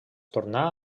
torna